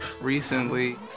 recently